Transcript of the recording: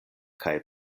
kaj